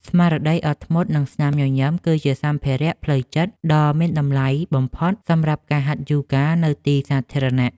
ស្មារតីអត់ធ្មត់ និងស្នាមញញឹម គឺជាសម្ភារៈផ្លូវចិត្តដ៏មានតម្លៃបំផុតសម្រាប់ការហាត់យូហ្គានៅទីសាធារណៈ។